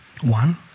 One